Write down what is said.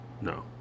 No